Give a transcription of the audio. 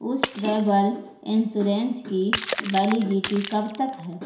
اس travel insurance کی validity کب تک ہے